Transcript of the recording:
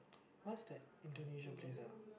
what's that Indonesia place ah